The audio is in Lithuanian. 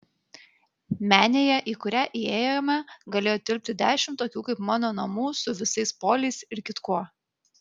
menėje į kurią įėjome galėjo tilpti dešimt tokių kaip mano namų su visais poliais ir kitkuo